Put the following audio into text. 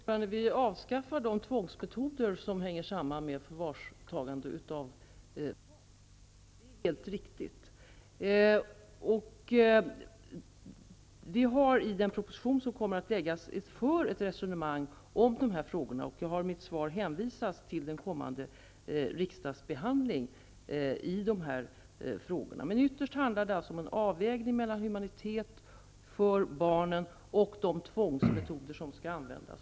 Herr talman! Vi avskaffar de tvångsmetoder som hänger samman med förvarstagande av barn. Det är helt riktigt. Vi för i den proposition som kommer att läggas fram ett resonemang om dessa frågor. Jag har i mitt svar hänvisat till den kommande riksdagsbehandlingen i dessa frågor. Ytterst handlar det om en avvägning mellan humanitet gentemot barnen och de tvångsmetoder som skall användas.